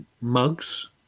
Mugs